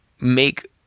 make